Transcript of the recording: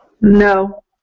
No